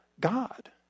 God